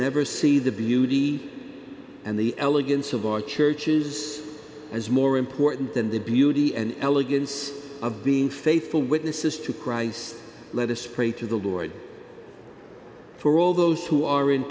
never see the beauty and the elegance of our churches as more important than the beauty and elegance of being faithful witnesses to christ let us pray to the lord for all those who are in